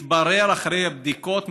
אחרי בדיקות,